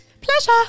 Pleasure